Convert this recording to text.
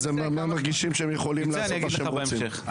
אז מרגישים שהם יכולים לעשות מה שהם רוצים.